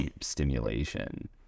stimulation